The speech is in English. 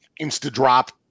insta-drop